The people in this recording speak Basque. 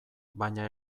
baina